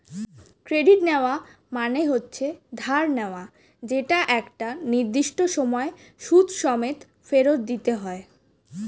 credit নেওয়া মানে হচ্ছে ধার নেওয়া যেটা একটা নির্দিষ্ট সময়ে সুদ সমেত ফেরত দিতে হয়